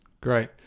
Great